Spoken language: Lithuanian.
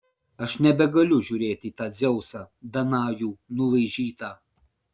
aš nebegaliu žiūrėti į tą dzeusą danajų nulaižytą